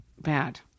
bad